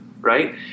right